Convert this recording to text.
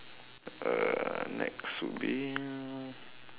uh next would be